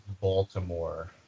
Baltimore